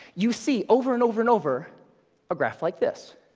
you see over and over and over a graph like this.